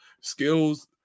Skills